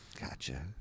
Gotcha